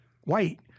white